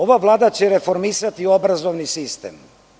Ova Vlada će reformisati obrazovni sistem.